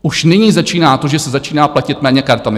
Už nyní začíná to, že se začíná platit méně kartami.